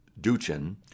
duchin